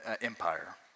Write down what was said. Empire